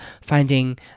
finding